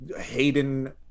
Hayden